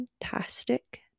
fantastic